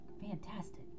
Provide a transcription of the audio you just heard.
fantastic